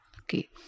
Okay